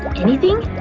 but anything?